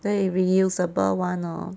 对 reusable [one] lor